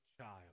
child